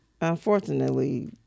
unfortunately